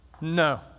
no